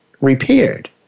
repaired